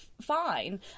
fine